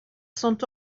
sont